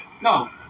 No